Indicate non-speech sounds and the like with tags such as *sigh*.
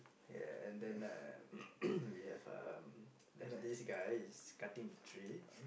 ya and then uh *noise* we have um there's this guy is cutting the tree